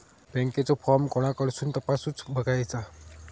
बँकेचो फार्म कोणाकडसून तपासूच बगायचा?